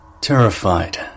Terrified